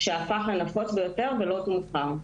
שהפך לנפוץ ביותר ולא תומחר.